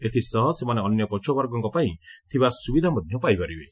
ଏଥିସହ ସେମାନେ ଅନ୍ୟ ପଛୁଆବର୍ଗଙ୍କ ପାଇଁ ଥିବା ସ୍ତବିଧା ମଧ୍ୟ ପାଇପାରିବେ